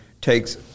takes